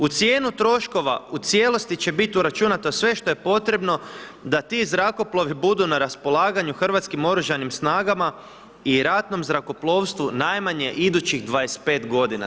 U cijenu troškova u cijelosti će biti uračunato sve što je potrebno da ti zrakoplovi budu na raspolaganju hrvatskim Oružanim snagama i Ratnom zrakoplovstvu najmanje idućih 25 godina.